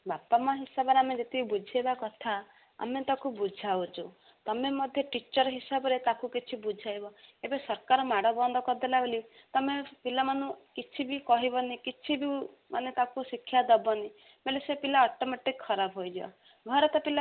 ବାପା ମାଆ ହିସାବରେ ଆମେ ଯେତିକି ବୁଝେଇବା କଥା ଆମେ ତାକୁ ବୁଝାଉଛୁ ତୁମେ ମଧ୍ୟ ଟିଚର ହିସାବରେ ତାକୁ କିଛି ବୁଝାଇବ ଏବେ ସରକାର ମାଡ଼ ବନ୍ଦ କରିଦେଲା ବୋଲି ତୁମେ ପିଲାମାନଙ୍କୁ କିଛି ବି କହିବନି କିଛି ବି ମାନେ ତାକୁ ଶିକ୍ଷା ଦେବନି ବଲେ ସେ ପିଲା ଅଟୋମେଟିକ୍ ଖରାପ ହୋଇଯିବ ଭାରତ ପିଲା